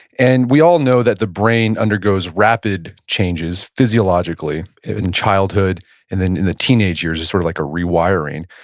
and we all know that the brain undergoes rapid changes physiologically in childhood and then in the teenage years, it's sort of like a rewiring.